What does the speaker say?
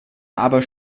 aber